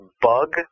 bug